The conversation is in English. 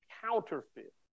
counterfeit